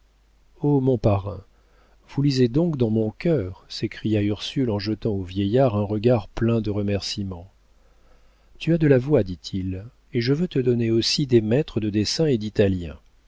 mon parrain vous lisez donc dans mon cœur s'écria ursule en jetant au vieillard un regard plein de remercîments tu as de la voix dit-il et je veux te donner aussi des maîtres de dessin et d'italien